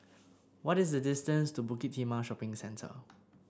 what is the distance to Bukit Timah Shopping Centre